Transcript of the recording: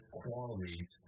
qualities